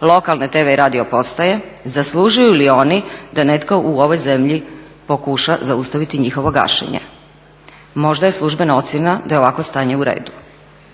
lokalne TV i radio postaje? Zaslužuju li oni da netko u ovoj zemlji pokuša zaustaviti njihovo gašenje? Možda je službena ocjena da je ovakvo stanje u redu,